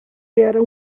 era